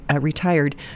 retired